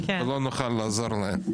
ולא נוכל לעזור להם.